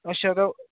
अच्छा तां